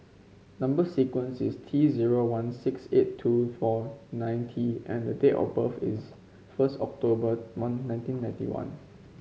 number sequence is T zero one six eight two four nine T and date of birth is first October one nineteen ninety one